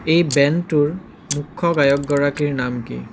এই বেণ্ডটোৰ মূখ্য গায়কগৰাকীৰ নাম কি